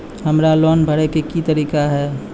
हमरा लोन भरे के की तरीका है?